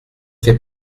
fait